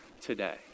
today